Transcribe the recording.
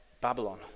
Babylon